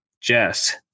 Jess